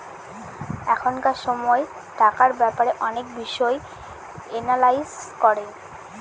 এখনকার সময় টাকার ব্যাপারে অনেক বিষয় এনালাইজ করে